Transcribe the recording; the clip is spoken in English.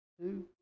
two